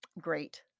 great